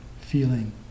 feeling